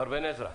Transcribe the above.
מר בן עזרא.